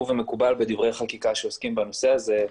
ומקובל בדברי חקיקה שעוסקים בנושא הזה,